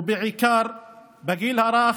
ובעיקר בגיל הרך,